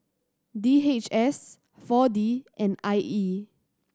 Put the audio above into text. D H S Four D and I E